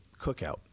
cookout